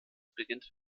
beginnt